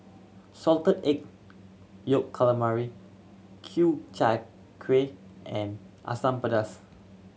Salted Egg Yolk Calamari Ku Chai Kueh and Asam Pedas